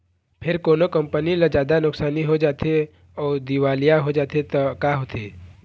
फेर कोनो कंपनी ल जादा नुकसानी हो जाथे अउ दिवालिया हो जाथे त का होथे?